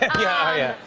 yeah.